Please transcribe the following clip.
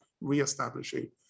re-establishing